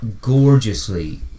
gorgeously